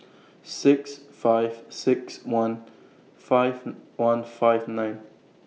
six five six one five one five nine